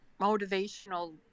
motivational